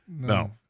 no